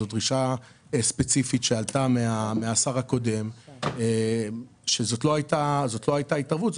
זאת דרישה ספציפית שעלתה מהשר הקודם שזאת לא הייתה התערבות אלא